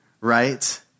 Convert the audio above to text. right